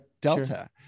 Delta